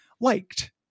liked